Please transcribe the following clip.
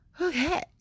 okay